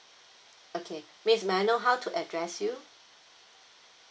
okay miss may I know how to address you